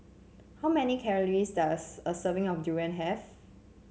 how many calories does a serving of durian have